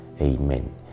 Amen